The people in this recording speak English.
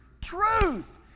Truth